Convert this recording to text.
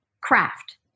craft